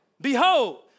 Behold